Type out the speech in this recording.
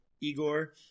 Igor